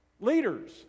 leaders